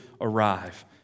arrive